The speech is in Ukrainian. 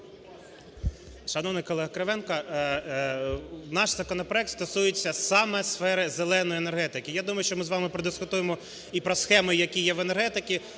Шановний колего Кривенко, наш законопроект стосується саме сфери "зеленої енергетики". Я думаю, що ми з вамипродискутуємо і про схеми, які є в енергетиці,